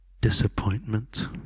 disappointment